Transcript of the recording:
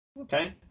Okay